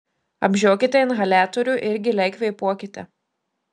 apžiokite inhaliatorių ir giliai kvėpuokite